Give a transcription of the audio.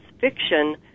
fiction